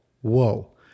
whoa